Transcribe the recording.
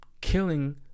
Killing